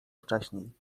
wcześniej